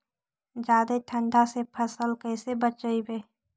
जादे ठंडा से फसल कैसे बचइबै?